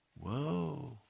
Whoa